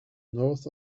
north